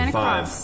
five